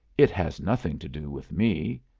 it has nothing to do with me!